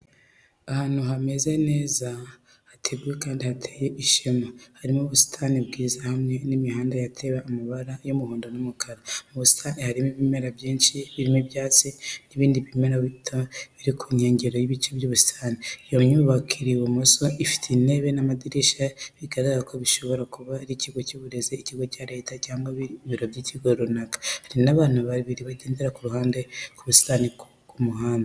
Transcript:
Ahantu hameze neza, hateguwe kandi hateye ishema, harimo ubusitani bwiza hamwe n'imihanda yatewe amabara y'umuhondo n'umukara. Mu busitani harimo ibimera byinshi, birimo ibyatsi n'ibindi bimera bito biri ku nkengero z'ibice by'ubusitani. Iyo nyubako iri ibumoso, ifite intebe z'amadirishya, bigaragaza ko bishobora kuba ikigo cy'uburezi, ikigo cya Leta, cyangwa ibiro by'ikigo runaka. Hari n'abantu babiri bagenda kure y'ubusitani mu muhanda.